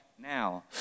now